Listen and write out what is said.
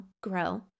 grow